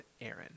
Aaron